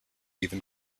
even